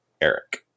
Eric